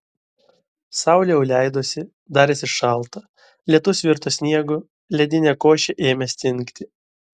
saulė jau leidosi darėsi šalta lietus virto sniegu ledinė košė ėmė stingti